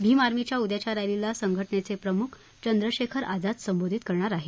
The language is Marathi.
भीम आर्मीच्या उद्याच्या रॅलीला संघटनेचे प्रमुख चंद्रशेखर आझाद संबोधित करणार आहेत